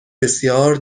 بسیار